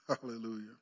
Hallelujah